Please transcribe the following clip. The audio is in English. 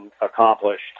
accomplished